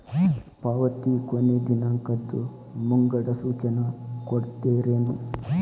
ಪಾವತಿ ಕೊನೆ ದಿನಾಂಕದ್ದು ಮುಂಗಡ ಸೂಚನಾ ಕೊಡ್ತೇರೇನು?